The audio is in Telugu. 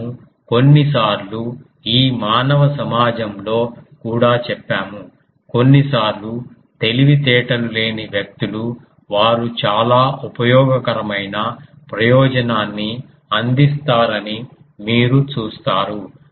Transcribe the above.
మనము కొన్నిసార్లు ఈ మానవ సమాజంలో కూడా చెప్పాము కొన్నిసార్లు తెలివితేటలు లేని వ్యక్తులు వారు చాలా ఉపయోగకరమైన ప్రయోజనాన్ని అందిస్తారని మీరు చూస్తారు